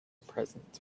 present